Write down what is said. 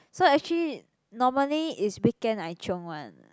so actually normally is weekend I chiong one